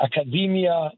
academia